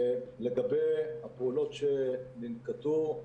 לגבי הפעולות שננקטו,